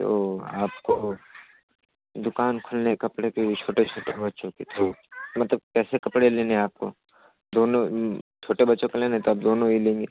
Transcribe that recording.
तो आपको दुकान खोलने कपड़े के छोटे छोटे बच्चों के तो मतलब कैसे कपड़े लेने हैं आपको दोनों छोटे बच्चों के लेने तो आप दोनों ही लेंगी